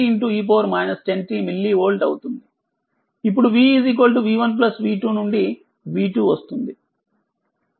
ఇప్పుడు v v1v2 నుండి v2 వస్తుంది